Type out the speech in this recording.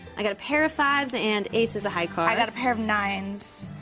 i got a pair of fives and ace is a high card. i got a pair of nines.